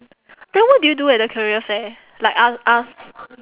then what did you do at the career fair like a~ ask